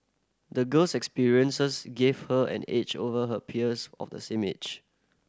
the girl's experiences gave her an edge over her peers of the same age